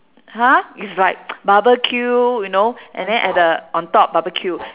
!huh! is like barbecue you know and then at the on top barbecue